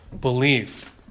believe